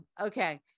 okay